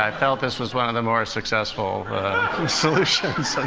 um felt this was one of the more successful solutions.